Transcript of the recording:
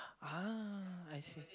ah I see